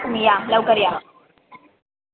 तुम्ही या लवकर या